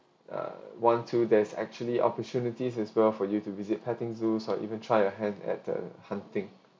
uh one two there's actually opportunities as well for you to visit petting zoos or even try your hand at the hunting